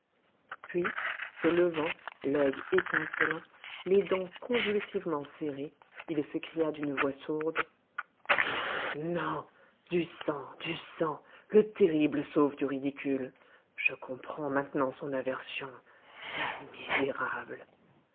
puis se levant l'oeil étincelant les dents convulsivement serrées il s'écria d'une voix sourde non non du sang du sang le terrible sauve du ridicule je comprends maintenant son aversion la misérable